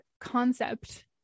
concept